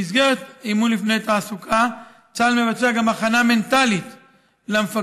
במסגרת אימון לפני תעסוקה צה"ל מבצע גם הכנה מנטלית למפקדים,